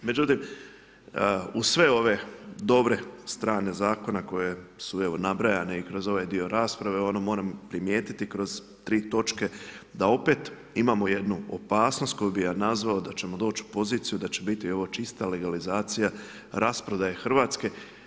Međutim, uz sve ove dobre strane zakona, koje su evo, nabrojane i kroz ovaj dio rasprave, moram primijetiti, kroz 3 točke, da opet imamo jednu opasnost, koju bi ja nazvao, da ćemo doći u poziciju da će biti ovo čista legalizacija, rasprodaja Hrvatske.